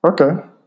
Okay